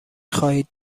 خواهید